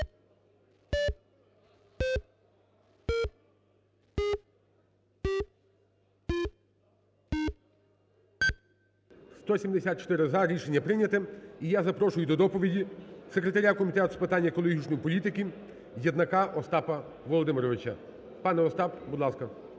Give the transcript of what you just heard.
За-174 Рішення прийнято. І я запрошую до доповіді секретаря Комітету з питань екологічної політики Єднака Остапа Володимировича. Пане Остап, будь ласка.